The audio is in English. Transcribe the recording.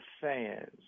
fans